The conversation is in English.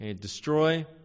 Destroy